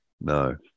No